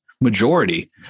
majority